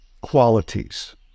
qualities